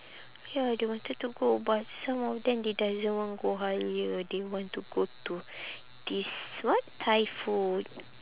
ya they wanted to go but some of them they doesn't want go Halia they want to go to this what thai food